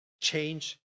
change